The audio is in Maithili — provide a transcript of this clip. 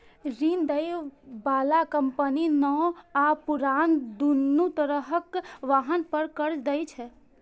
ऋण दै बला कंपनी नव आ पुरान, दुनू तरहक वाहन पर कर्ज दै छै